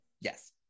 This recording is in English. yes